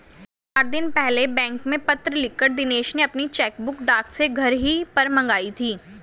चार दिन पहले बैंक में पत्र लिखकर दिनेश ने अपनी चेकबुक डाक से घर ही पर मंगाई थी